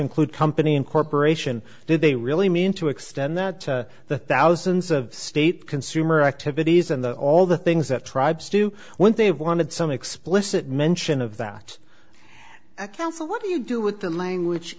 include company in corporation did they really mean to extend that the thousands of state consumer activities and the all the things that tribes do when they wanted some explicit mention of that council what do you do with the language